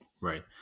Right